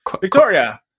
Victoria